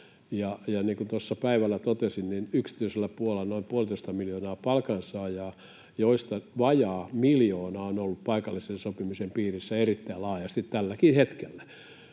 tuossa päivällä totesin, yksityisellä puolella on noin puolitoista miljoonaa palkansaajaa, joista vajaa miljoona on ollut paikallisen sopimisen piirissä erittäin laajasti tälläkin hetkellä.